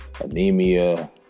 anemia